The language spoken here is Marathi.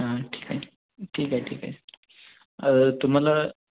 हां ठीक आहे ठीक आहे ठीक आहे तुम्हाला